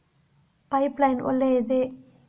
Pipe line ಒಳ್ಳೆಯದೇ?